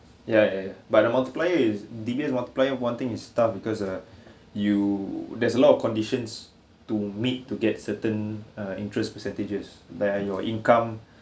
ya ya but the multiplier is D_B_S multiplier one thing is stuff because uh you there's a lot of conditions to meet to get certain uh interest percentages like your income